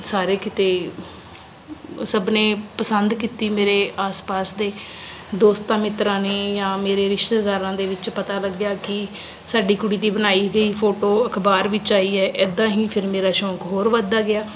ਸਾਰੇ ਕਿਤੇ ਸਭ ਨੇ ਪਸੰਦ ਕੀਤੀ ਮੇਰੇ ਆਸ ਪਾਸ ਦੇ ਦੋਸਤਾਂ ਮਿੱਤਰਾਂ ਨੇ ਜਾਂ ਮੇਰੇ ਰਿਸ਼ਤੇਦਾਰਾਂ ਦੇ ਵਿੱਚ ਪਤਾ ਲੱਗਿਆ ਕਿ ਸਾਡੀ ਕੁੜੀ ਦੀ ਬਣਾਈ ਗਈ ਫੋਟੋ ਅਖਬਾਰ ਵਿੱਚ ਆਈ ਹੈ ਇੱਦਾਂ ਹੀ ਫਿਰ ਮੇਰਾ ਸ਼ੌਂਕ ਹੋਰ ਵਧਦਾ ਗਿਆ